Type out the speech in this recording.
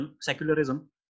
secularism